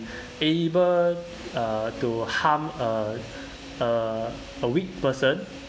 able uh to harm uh uh a weak person